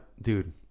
Dude